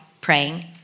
praying